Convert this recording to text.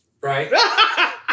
Right